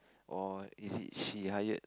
or is it she hired